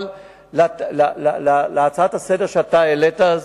להצעה לסדר-היום שהעלית,